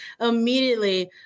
immediately